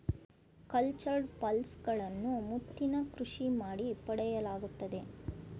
cultured pearls ಗಳನ್ನು ಮುತ್ತಿನ ಕೃಷಿ ಮಾಡಿ ಪಡೆಯಲಾಗುತ್ತದೆ